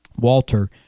Walter